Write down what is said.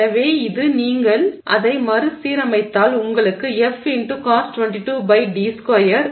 எனவே நீங்கள் அதை மறுசீரமைத்தால் உங்களுக்கு F X Cos22d2 கிடைக்கும்